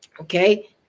okay